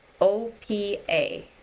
OPA